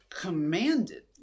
commanded